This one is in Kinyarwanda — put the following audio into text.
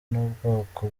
n’ubwoko